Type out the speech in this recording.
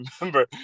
remember